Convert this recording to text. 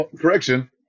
Correction